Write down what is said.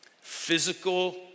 Physical